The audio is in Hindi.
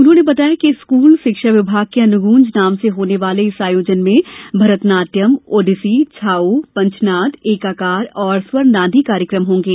उन्होंने बताया कि स्कूल शिक्षा विभाग के अनुगूंज नाम से होने वाले इस आयोजन में भरतनाट्यम ओड़िसी छाऊ पंचनाद एकाकार और स्वरनादी कार्यक्रम होंगे